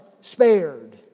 spared